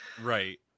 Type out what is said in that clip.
Right